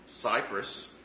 Cyprus